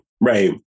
Right